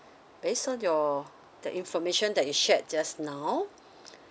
based on your the information that you shared just now